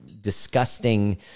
disgusting